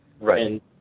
Right